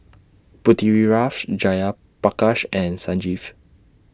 Pritiviraj Jayaprakash and Sanjeev